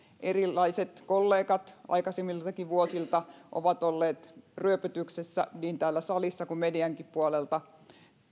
erilaiset kollegat aikaisemmiltakin vuosilta ovat olleet ryöpytyksessä niin täällä salissa kuin mediankin puolelta